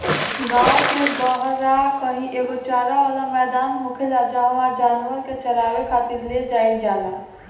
गांव के बाहरा कही एगो चारा वाला मैदान होखेला जाहवा जानवर के चारावे खातिर ले जाईल जाला